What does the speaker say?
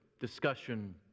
discussion